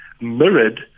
mirrored